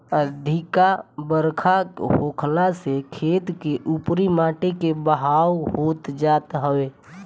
अधिका बरखा होखला से खेत के उपरी माटी के बहाव होत जात हवे